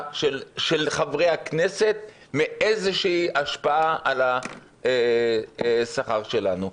של חברי הכנסת מאיזושהי השפעה על השכר שלנו.